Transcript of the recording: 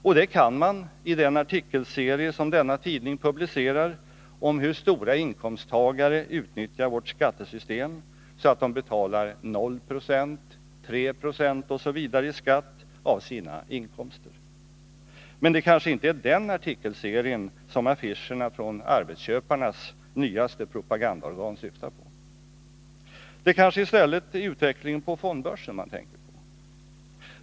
Och det kan man i den artikelserie som denna tidning publicerar om hur stora inkomsttagare utnyttjar vårt skattesystem så att de betalar 0 96,3 20 osv. i skatt av sina inkomster. Men det kanske inte var den artikelserien som affischerna från arbetsköparnas nyaste propagandaorgan syftar på? Det kanske i stället är utvecklingen på fondbörsen man tänker på?